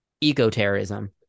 eco-terrorism